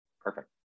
Perfect